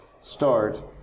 start